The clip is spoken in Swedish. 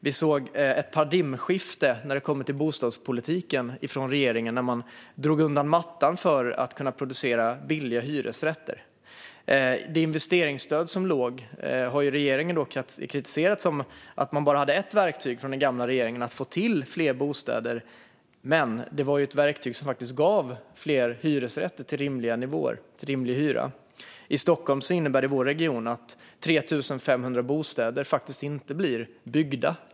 Vi såg ett paradigmskifte i regeringens bostadspolitik när man drog undan mattan för dem som kunde producera billiga hyresrätter. Investeringsstödet som fanns förut har regeringen kritiserat och sagt att den gamla regeringen bara hade ett verktyg för att få till fler bostäder. Men det var ett verktyg som faktiskt gav fler hyresrätter till rimlig hyra. I vår region, Stockholm, innebär det nu att 3 500 bostäder inte blir byggda.